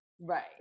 Right